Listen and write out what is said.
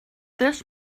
this